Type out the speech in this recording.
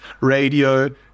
radio